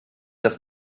das